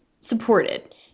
supported